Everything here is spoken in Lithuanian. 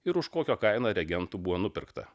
ir už kokią kainą reagentų buvo nupirkta